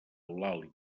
eulàlia